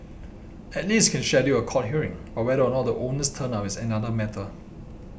at least can schedule a court hearing but whether or not the owners turn up is another matter